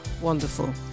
wonderful